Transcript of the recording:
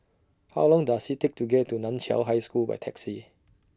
How Long Does IT Take to get to NAN Chiau High School By Taxi